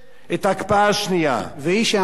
את ההקפאה השנייה "והיא שעמדה",